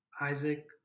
Isaac